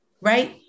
right